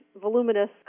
voluminous